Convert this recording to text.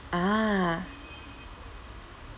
ah